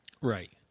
Right